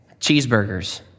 Cheeseburgers